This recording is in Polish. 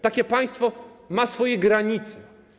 Takie państwo ma swoje granice.